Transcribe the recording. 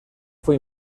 fue